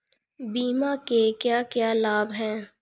बीमा के क्या क्या लाभ हैं?